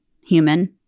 human